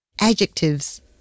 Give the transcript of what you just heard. adjectives